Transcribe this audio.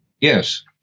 Yes